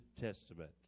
Testament